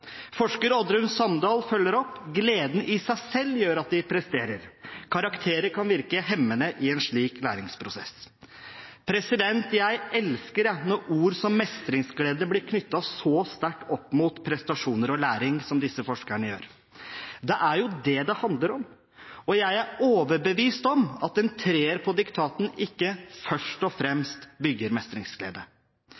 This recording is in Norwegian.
Forsker Oddrun Samdal følger opp: «Gleden i seg selv gjør at de presterer. Karakterer kan virke hemmende i en slik læringsprosess.» Jeg elsker når ord som mestringsglede blir knyttet så sterkt opp mot prestasjoner og læring som det disse forskerne gjør. Det er jo det det handler om. Og jeg er overbevist om at en 3-er på diktaten ikke først og